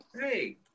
Hey